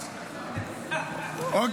--- לא.